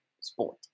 sport